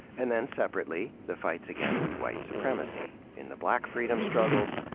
and then, separately, the fights against white supremacy in the black freedom struggles,